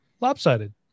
lopsided